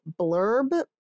blurb